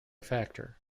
factor